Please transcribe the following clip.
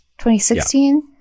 2016